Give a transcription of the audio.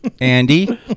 Andy